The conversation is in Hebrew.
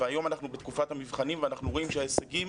והיום אנחנו בתקופת המבחנים ואנחנו רואים שההישגים